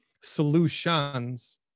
solutions